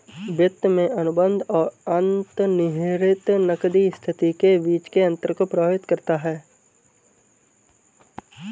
वित्त में अनुबंध और अंतर्निहित नकदी स्थिति के बीच के अंतर को प्रभावित करता है